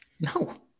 No